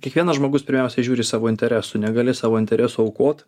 kiekvienas žmogus pirmiausia žiūri savo interesų negali savo interesų aukot